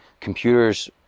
computers